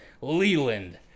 Leland